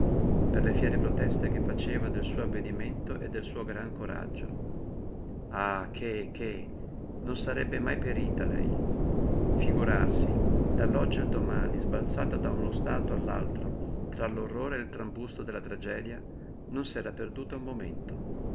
per le fiere proteste che faceva del suo avvedimento e del suo gran coraggio ah che che non sarebbe mai perita lei figurarsi dall'oggi al domani sbalzata da uno stato all'altro tra l'orrore e il trambusto della tragedia non s'era perduta un momento